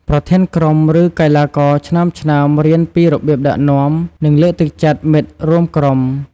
ប្រធានក្រុម ឬកីឡាករឆ្នើមៗ រៀនពីរបៀបដឹកនាំ និងលើកទឹកចិត្តមិត្តរួមក្រុម។